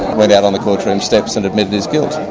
went out on the courtroom steps and admitted his guilt.